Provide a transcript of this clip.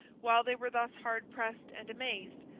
while they were thus hard pressed and amazed,